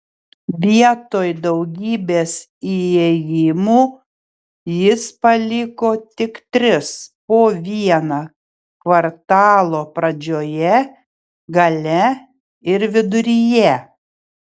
vietoj daugybės įėjimų jis paliko tik tris po vieną kvartalo pradžioje gale ir viduryje